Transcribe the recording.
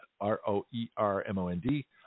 R-O-E-R-M-O-N-D